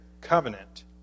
covenant